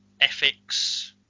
Ethics